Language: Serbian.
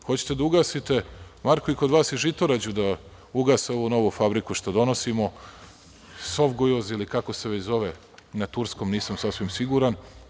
Hoćete da ugasite Marko i kod vas u Žitorađu, da ugase ovu novu fabriku što donosimo „Sovgujuz“, ili kako se već zove na turskom, nisam sasvim siguran.